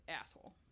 asshole